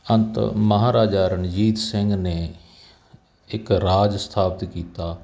ਅੰਤ ਮਹਾਰਾਜਾ ਰਣਜੀਤ ਸਿੰਘ ਨੇ ਇੱਕ ਰਾਜ ਸਥਾਪਿਤ ਕੀਤਾ